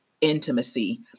intimacy